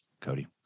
Cody